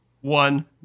one